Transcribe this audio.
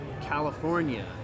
California